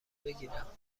بگیرم